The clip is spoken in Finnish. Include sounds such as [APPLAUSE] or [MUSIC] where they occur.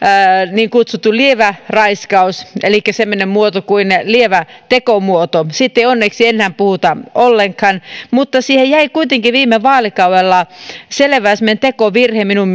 niin kutsuttu lievä raskaus elikkä semmoinen muoto kuin lievä tekomuoto siitä ei onneksi enää puhuta ollenkaan mutta siihen jäi kuitenkin viime vaalikaudella semmoinen selvä tekovirhe minun [UNINTELLIGIBLE]